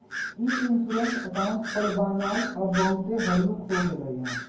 ई insurance account खोलबनाइ अब बहुते हल्लुक हो गेलइ ह